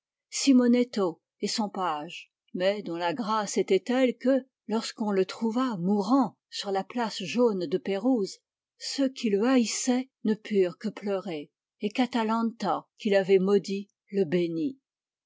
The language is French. simonetto et son page mais dont la grâce était telle que lorsqu'on le trouva mourant sur la place jaune de pérouse ceux qui le haïssaient ne purent que pleurer et qu'atalanta qui l'avait maudit le bénit